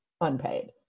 unpaid